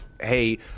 hey